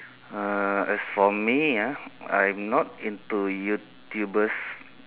uh as for me ah I'm not into YouTubers